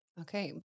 Okay